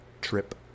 trip